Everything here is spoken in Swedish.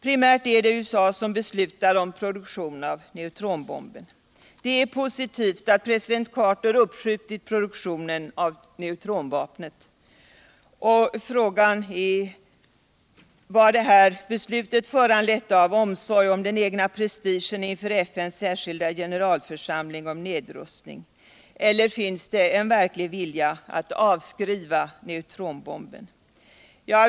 | Primärt är det USA som beslutar om produktion av neutronbomben. Det är positivt att president Carter uppskjutit produktionen av neutronvapnet. Men frågan är om det beslutet var föranlett av omsorg om den egna prestigen inför FN:s särskilda generalförsamling om nedrustning. Finns det en verklig vilja att avskriva neutronbomben?